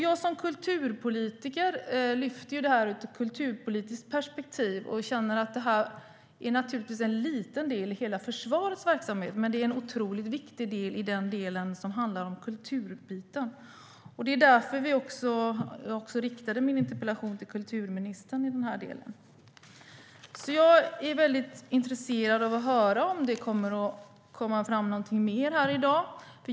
Jag som kulturpolitiker lyfter den här frågan ur ett kulturpolitiskt perspektiv och känner att det naturligtvis är en liten del i hela försvarets verksamhet, men det är en otroligt viktig del i det som handlar om kulturutbyte. Det var också därför som jag riktade min interpellation till kulturministern. Jag är mycket intresserad av att höra om det kommer fram något mer i dag.